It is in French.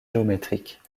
géométriques